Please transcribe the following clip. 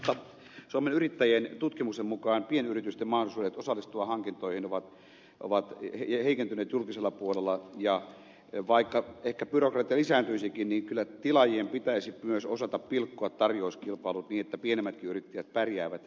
mutta suomen yrittäjien tutkimuksen mukaan pienyritysten mahdollisuudet osallistua hankintoihin ovat heikentyneet julkisella puolella ja vaikka ehkä byrokratia lisääntyisikin niin kyllä tilaajien pitäisi myös osata pilkkoa tarjouskilpailut niin että pienemmätkin yrittäjät pärjäävät